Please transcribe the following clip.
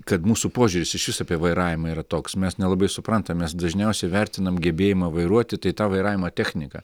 kad mūsų požiūris išvis apie vairavimą yra toks mes nelabai suprantam mes dažniausiai vertinam gebėjimą vairuoti tai tą vairavimo techniką